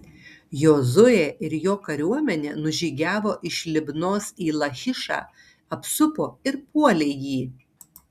jozuė ir jo kariuomenė nužygiavo iš libnos į lachišą apsupo ir puolė jį